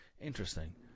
Interesting